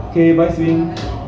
K bye swee ling